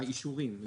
האישורים.